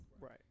Right